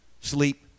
sleep